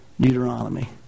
Deuteronomy